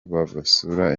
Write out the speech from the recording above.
basubira